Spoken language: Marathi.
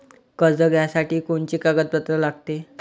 कर्ज घ्यासाठी कोनचे कागदपत्र लागते?